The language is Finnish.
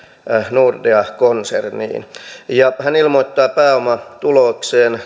nordea konserniin hän ilmoittaa pääomatuloikseen